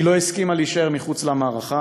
היא לא הסכימה להישאר מחוץ למערכה,